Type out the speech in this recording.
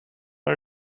our